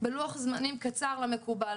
בלוח זמנים קצר למקובל,